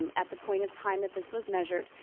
um at the point of time that this was measured,